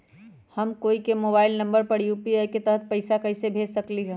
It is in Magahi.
हम कोई के मोबाइल नंबर पर यू.पी.आई के तहत पईसा कईसे भेज सकली ह?